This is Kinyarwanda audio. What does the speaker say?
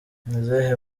muzehe